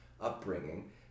upbringing